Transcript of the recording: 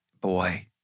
Boy